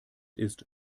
ist